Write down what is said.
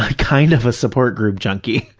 ah kind of a support group junkie,